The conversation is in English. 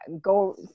go